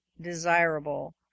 desirable